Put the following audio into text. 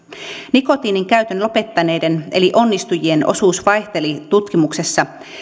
nikotiinin käytön lopettaneiden eli onnistujien osuus vaihteli tutkimuksessa